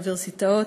אוניברסיטאות,